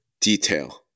detail